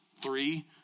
three